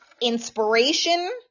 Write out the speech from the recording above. inspiration